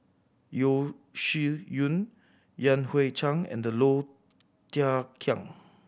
Yeo Shih Yun Yan Hui Chang and Low Thia Khiang